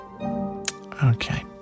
Okay